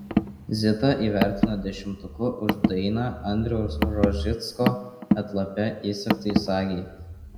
zitą įvertino dešimtuku už dainą andriaus rožicko atlape įsegtai sagei